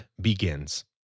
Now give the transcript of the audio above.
begins